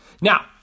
Now